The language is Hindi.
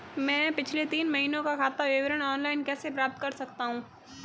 मैं पिछले तीन महीनों का खाता विवरण ऑनलाइन कैसे प्राप्त कर सकता हूं?